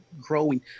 growing